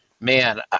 man